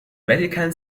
vatican